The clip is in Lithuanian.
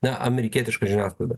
na amerikietiška žiniasklaida